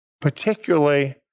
particularly